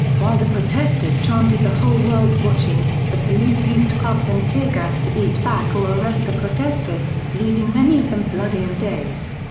while the protesters chanted the whole world's watching, the police used clubs and tear gas to beat back or arrest the protesters, leaving many of them bloody and dazed.